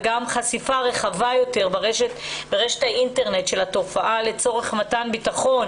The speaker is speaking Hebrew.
וגם חשיפה רחבה יותר של התופעה ברשת האינטרנט לצורך מתן ביטחון